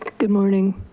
good morning.